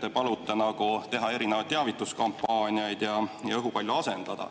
te palute teha erinevaid teavituskampaaniaid ja õhupalle asendada.